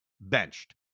benched